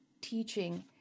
teaching